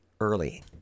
early